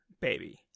baby